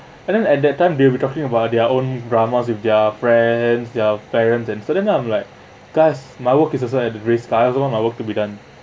and then at that time they were talking about their own dramas with their friends their parents and so then I'm like gosh my work is also at the risk but I also want my work to be done